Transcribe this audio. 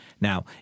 Now